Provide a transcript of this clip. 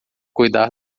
cuidar